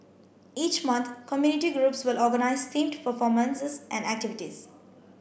each month community groups will organise themed performances and activities